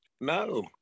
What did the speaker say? no